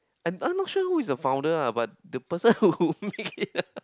I I'm not sure who is the founder ah but the person who make it ah